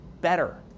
better